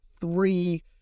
three